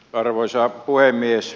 arvoisa puhemies